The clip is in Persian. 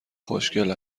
خوشگل